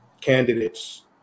candidates